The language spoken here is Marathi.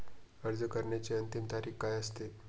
अर्ज करण्याची अंतिम तारीख काय असते?